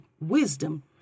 wisdom